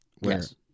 Yes